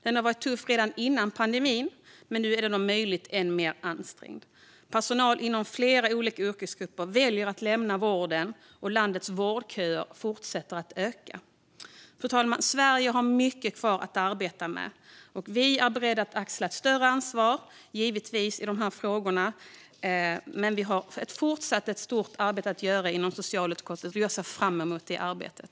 Det var tufft redan före pandemin, men nu är det om möjligt ännu mer ansträngt. Personal inom flera yrkesgrupper väljer att lämna vården, och landets vårdköer fortsätter att växa. Fru talman! Sverige har mycket att arbeta med, och vi är givetvis beredda att axla ett större ansvar i dessa frågor. Vi har fortfarande ett stort arbete att göra inom socialutskottet, och det ser jag fram emot.